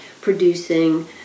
producing